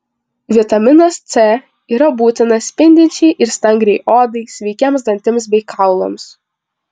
vitaminas c yra būtinas spindinčiai ir stangriai odai sveikiems dantims bei kaulams